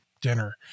dinner